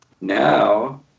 now